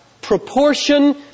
proportion